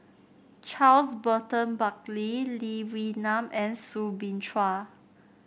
Charles Burton Buckley Lee Wee Nam and Soo Bin Chua